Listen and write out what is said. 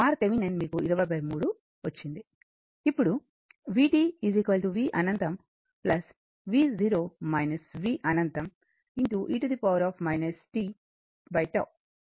ఇప్పుడు v v అనంతం v0 v అనంతం e tτ